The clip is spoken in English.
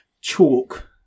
chalk